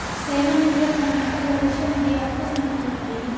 सेवानिवृत्त होने पर भविष्य निधि आपका समर्थन करेगी